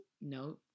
no